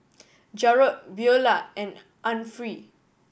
Jarrod Beula and Anfernee